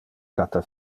cata